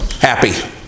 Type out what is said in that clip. happy